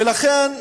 ולכן,